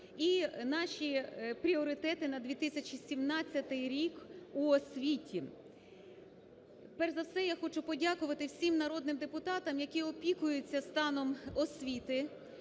і наші пріоритети на 2017 рік у освіті. Перш за все, я хочу подякувати всім народним депутатам, які опікуються станом освіти,